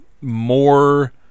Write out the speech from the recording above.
more